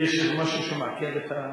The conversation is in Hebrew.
יש איזה משהו שמעכב את,